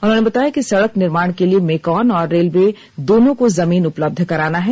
उन्होंने बताया कि सड़क निर्माण के लिए मेकॉन और रेलवे दोनों को जमीन उपलब्ध कराना है